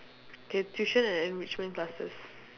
okay tuition and enrichment classes